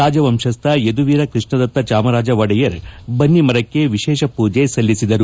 ರಾಜವಂಶಸ್ಥ ಯದುವೀರ ಕೃಷ್ಣದತ್ತ ಚಾಮರಾಜ ಒಡೆಯರ್ ಬನ್ನಿಮರಕ್ಕೆ ವಿಶೇಷ ಪೂಜೆ ಸಲ್ಲಿಸಿದರು